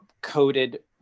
coated